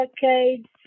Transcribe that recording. decades